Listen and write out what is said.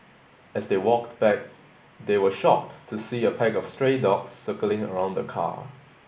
as they walked back they were shocked to see a pack of stray dogs circling around the car